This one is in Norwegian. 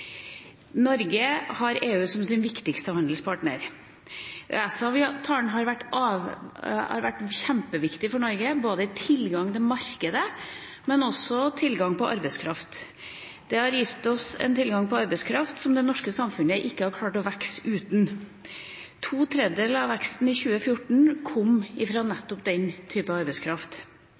Norge har EU som sin viktigste handelspartner. EØS-avtalen har vært kjempeviktig for Norge når det gjelder både tilgang til markedet og tilgang på arbeidskraft. Det har gitt oss en tilgang på arbeidskraft som det norske samfunnet ikke hadde klart å vokse uten. To tredjedeler av veksten i 2014 kom fra nettopp den typen arbeidskraft.